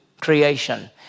creation